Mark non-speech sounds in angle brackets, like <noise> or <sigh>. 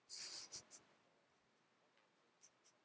<laughs>